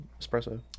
espresso